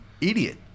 idiot